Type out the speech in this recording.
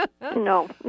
No